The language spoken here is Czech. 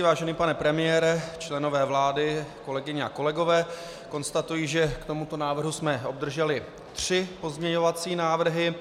Vážený pane premiére, členové vlády, kolegyně a kolegové, konstatuji, že k tomuto návrhu jsme obdrželi tři pozměňovací návrhy.